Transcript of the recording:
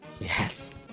Yes